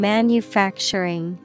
Manufacturing